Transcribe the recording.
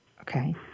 Okay